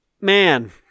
man